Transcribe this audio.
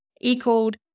equaled